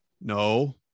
no